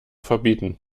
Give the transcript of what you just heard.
verbieten